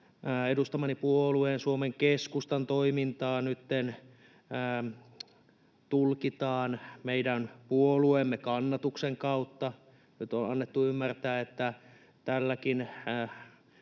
edustamani puolueen, Suomen Keskustan, toimintaa nytten tulkitaan meidän puolueemme kannatuksen kautta. Nyt on annettu ymmärtää, tässäkin